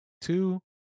two